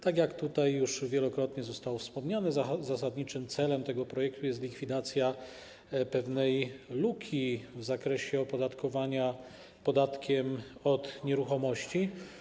Tak jak tutaj już wielokrotnie zostało wspomniane, zasadniczym celem tego projektu jest likwidacja pewnej luki w zakresie opodatkowania podatkiem od nieruchomości.